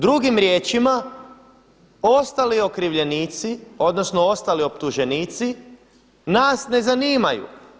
Drugim riječima, ostali okrivljenici odnosno ostali optuženici nas ne zanimaju.